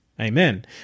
Amen